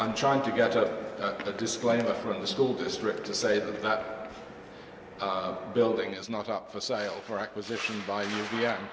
i'm trying to get a disclaimer from the school district to say that not building is not up for sale or acquisition by you yeah